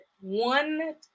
one